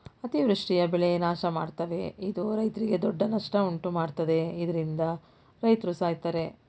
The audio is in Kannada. ಅತಿವೃಷ್ಟಿಯು ಬೆಳೆ ನಾಶಮಾಡ್ತವೆ ಇದು ರೈತ್ರಿಗೆ ದೊಡ್ಡ ನಷ್ಟ ಉಂಟುಮಾಡ್ತದೆ ಇದ್ರಿಂದ ರೈತ್ರು ಸಾಯ್ತರೆ